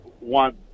want